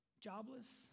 jobless